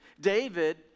David